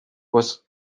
was